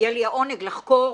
- ויהיה לי העונג לחקור